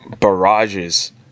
barrages